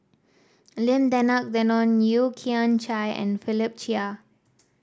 Lim Denan Denon Yeo Kian Chai and Philip Chia